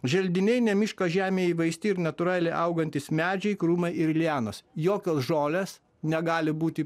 želdiniai ne miško žemėj įveisti ir natūraliai augantys medžiai krūmai ir lianos jokios žolės negali būti